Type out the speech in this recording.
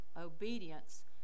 obedience